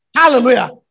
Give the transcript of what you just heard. Hallelujah